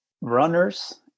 runners